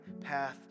path